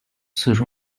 四川